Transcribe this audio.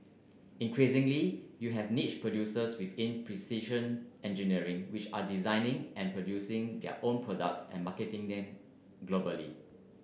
increasingly you have niche producers within precision engineering which are designing and producing their own products and marketing them globally